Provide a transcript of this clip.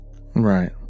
right